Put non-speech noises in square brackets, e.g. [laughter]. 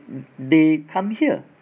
[noise] they come here